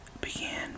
began